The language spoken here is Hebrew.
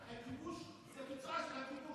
זה תוצאה של הכיבוש.